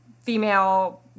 female